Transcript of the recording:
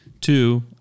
Two